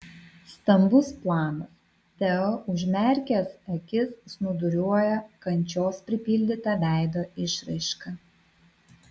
stambus planas teo užmerkęs akis snūduriuoja kančios pripildyta veido išraiška